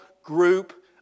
group